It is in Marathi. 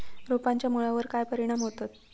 रोपांच्या मुळावर काय परिणाम होतत?